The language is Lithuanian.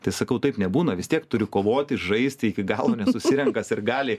tai sakau taip nebūna vis tiek turi kovoti žaisti iki galo nes susirenka sirgaliai